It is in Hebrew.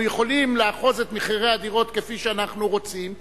אנחנו יכולים לאחוז את מחירי הדירות כפי שאנחנו רוצים,